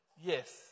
Yes